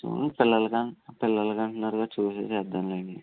అవును పిల్లల పిల్లలకు అంటున్నారు చూసి చేద్దాంలేండి